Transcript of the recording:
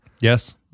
Yes